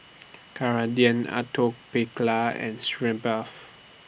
Ceradan Atopiclair and Sitz Bath